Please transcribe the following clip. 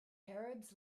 arabs